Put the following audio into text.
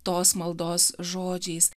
tos maldos žodžiais